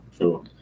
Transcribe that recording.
Sure